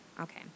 okay